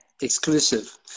exclusive